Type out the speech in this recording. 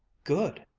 good,